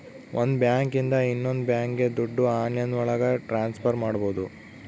ಒಂದ್ ಬ್ಯಾಂಕ್ ಇಂದ ಇನ್ನೊಂದ್ ಬ್ಯಾಂಕ್ಗೆ ದುಡ್ಡು ಆನ್ಲೈನ್ ಒಳಗ ಟ್ರಾನ್ಸ್ಫರ್ ಮಾಡ್ಬೋದು